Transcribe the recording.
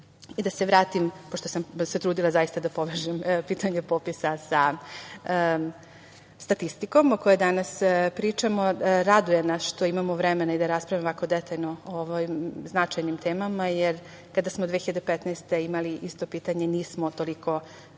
se vratim, pošto sam se trudila zaista da povežem pitanje popisa sa statistikom o kojoj danas pričamo, raduje nas što imamo vremena i da raspravljamo ovako detaljno o ovim značajnim temama, jer kada smo 2015. godine imali isto pitanje, nismo se toliko